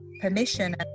permission